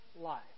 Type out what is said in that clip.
life